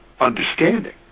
understanding